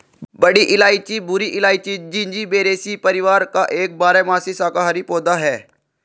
बड़ी इलायची भूरी इलायची, जिंजिबेरेसी परिवार का एक बारहमासी शाकाहारी पौधा है